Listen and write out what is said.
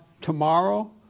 tomorrow